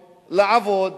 לעבוד,